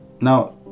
now